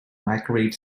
microwave